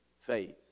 Faith